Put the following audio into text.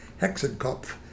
Hexenkopf